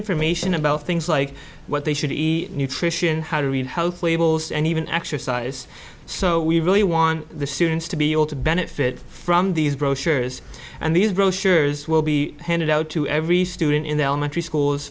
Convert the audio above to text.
information about things like what they should eat the nutrition how to read health labels and even exercise so we really want the students to be able to benefit from these brochures and these brochures will be handed out to every student in the elementary schools